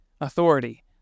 authority